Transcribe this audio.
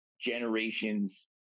generation's